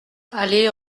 allée